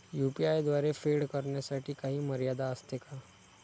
UPI द्वारे फेड करण्यासाठी काही मर्यादा असते का?